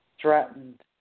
threatened